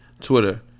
Twitter